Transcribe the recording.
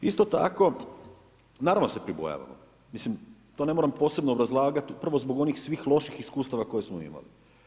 Isto tako naravno da se pribojavamo, mislim to ne moram posebno obrazlagat upravo zbog onih svih loših iskustava koje smo imali.